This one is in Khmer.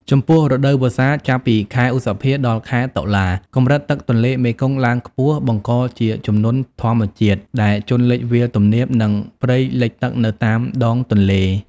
ចំពោះ រដូវវស្សា ចាប់ពីខែឧសភា ដល់ ខែតុលា កម្រិតទឹកទន្លេមេគង្គឡើងខ្ពស់ បង្កជាជំនន់ធម្មជាតិ ដែលជន់លិចវាលទំនាប និងព្រៃលិចទឹកនៅតាមដងទន្លេ។